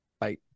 Bye